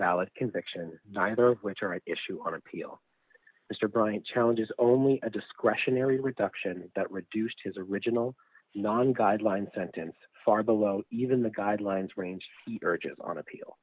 valid conviction neither which i issue on appeal mr bryant challenges only a discretionary reduction that reduced his original non guideline sentence far below even the guidelines range urges on appeal